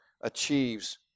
achieves